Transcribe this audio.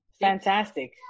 Fantastic